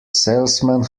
salesman